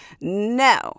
No